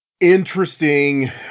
Interesting